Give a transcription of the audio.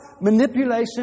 manipulation